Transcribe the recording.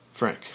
Frank